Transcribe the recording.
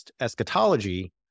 eschatology